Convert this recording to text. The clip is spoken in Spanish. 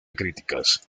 críticas